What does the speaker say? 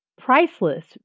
priceless